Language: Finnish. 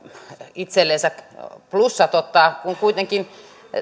itsellensä plussat ottaa kun kuitenkin